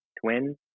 twins